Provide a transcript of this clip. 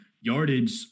yardage